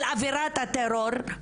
על אווירת הטרור?